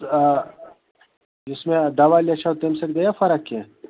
آ یُس مےٚ دوا لیٚچھاو تَمہِ سۭتۍ گٔیا فرق کیٚنٛہہ